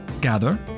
gather